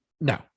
No